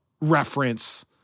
reference-